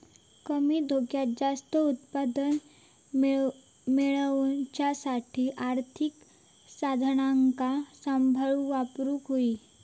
कमी धोक्यात जास्त उत्पन्न मेळवच्यासाठी आर्थिक साधनांका सांभाळून वापरूक होई